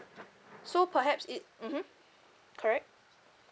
so perhaps it mmhmm correct